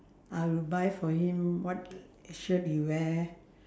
I'll buy for him what shirt he wear